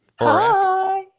Hi